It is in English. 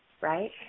right